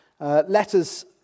Letters